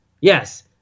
Yes